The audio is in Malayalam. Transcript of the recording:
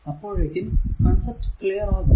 അപ്പോഴേക്കും കോൺസെപ്റ് ക്ലിയർ ആകും